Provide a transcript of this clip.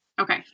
Okay